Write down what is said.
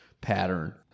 pattern